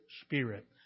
Spirit